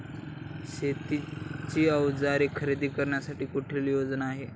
शेतीची अवजारे खरेदी करण्यासाठी कुठली योजना आहे?